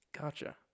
Gotcha